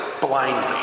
Blindly